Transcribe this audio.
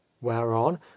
whereon